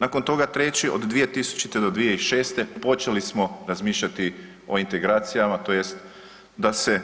Nakon toga, treći od 2000.-2006., počeli smo razmišljati o integracijama, tj. da se